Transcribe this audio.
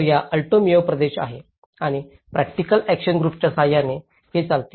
तर हा Alto Mayo प्रदेश आहे आणि प्रॅक्टिकल ऐक्शन ग्रुपच्या सहाय्याने हे चालते